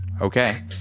Okay